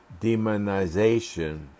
demonization